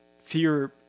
fear